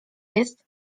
jest